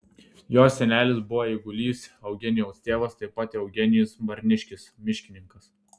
jo senelis buvo eigulys eugenijaus tėvas taip pat eugenijus barniškis miškininkas